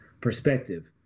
perspective